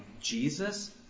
Jesus